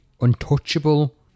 untouchable